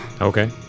Okay